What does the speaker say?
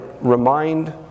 remind